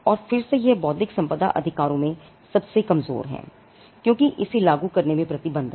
और फिर से यह बौद्धिक संपदा अधिकारों में सबसे कमजोर है क्योंकि इसे लागू करने पर प्रतिबंध हैं